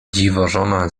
dziwożona